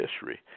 history